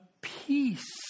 peace